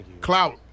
Clout